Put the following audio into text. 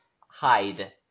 Hide